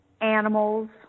animals